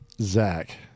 Zach